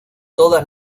todas